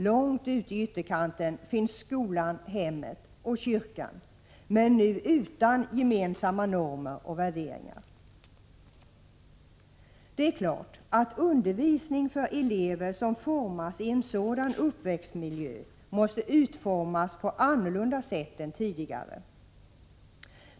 Långt ute i ytterkanten finns skolan, hemmet och kyrkan, men nu utan gemensamma normer och värderingar. Det är klart att undervisning för elever som formats i en sådan uppväxtmiljö måste utformas på ett annat sätt än tidigare.